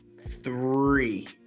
three